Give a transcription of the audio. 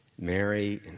Mary